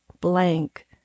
blank